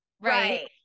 right